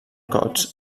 cotes